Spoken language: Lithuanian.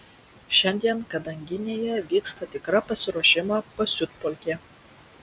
šiandien kadaginėje vyksta tikra pasiruošimo pasiutpolkė